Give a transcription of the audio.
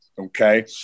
Okay